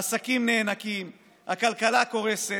העסקים נאנקים, הכלכלה קורסת.